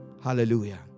Hallelujah